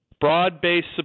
broad-based